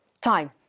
time